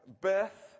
birth